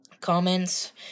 comments